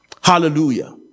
Hallelujah